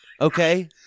Okay